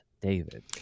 david